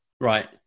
Right